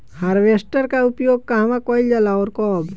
Harvester का उपयोग कहवा कइल जाला और कब?